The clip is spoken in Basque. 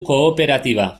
kooperatiba